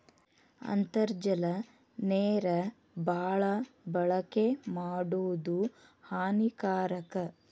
ಅಂತರ್ಜಲ ನೇರ ಬಾಳ ಬಳಕೆ ಮಾಡುದು ಹಾನಿಕಾರಕ